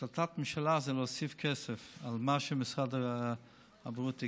החלטת הממשלה היא להוסיף כסף על מה שמשרד הבריאות הקציב.